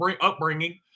upbringing